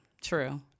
True